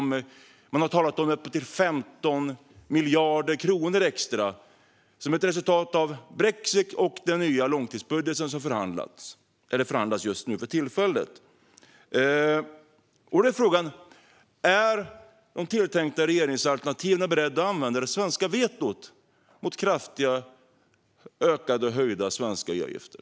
Man har talat om upp till 15 miljarder kronor extra som ett resultat av brexit och den nya långtidsbudget som det just nu förhandlas om. Är de tilltänkta regeringsalternativen beredda att använda det svenska vetot mot kraftigt höjda svenska EU-avgifter?